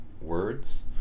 words